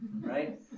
right